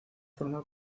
forma